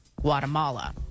Guatemala